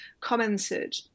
commented